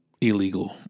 illegal